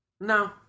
no